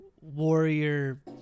warrior